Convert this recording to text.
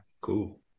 Cool